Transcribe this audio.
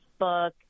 Facebook